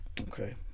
Okay